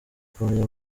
kumenya